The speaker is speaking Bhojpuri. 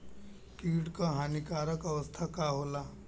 कीट क हानिकारक अवस्था का होला?